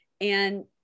and-